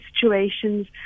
situations